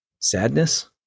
sadness